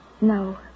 No